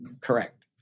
correct